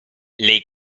lei